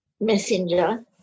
messenger